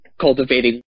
cultivating